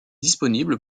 disponible